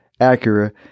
Acura